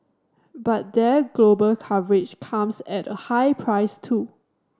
but their global coverage comes at a high price too